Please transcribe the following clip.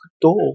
door